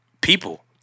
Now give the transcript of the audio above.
people